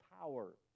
power